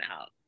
out